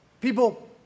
people